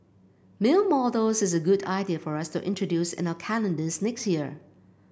male models is a good idea for us to introduce in our calendars next year